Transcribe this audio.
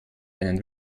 einen